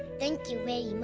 thank you